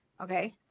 Okay